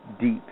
deep